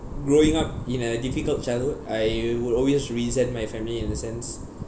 growing up in a difficult childhood I would always resent my family in a sense